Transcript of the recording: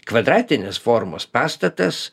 kvadratinės formos pastatas